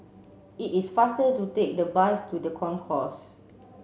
it is faster to take the bus to the Concourse